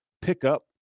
pickup